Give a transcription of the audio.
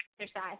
exercise